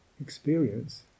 experience